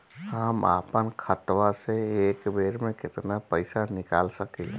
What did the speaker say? हम आपन खतवा से एक बेर मे केतना पईसा निकाल सकिला?